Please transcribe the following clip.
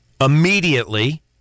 immediately